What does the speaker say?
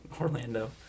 Orlando